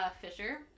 fisher